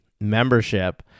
membership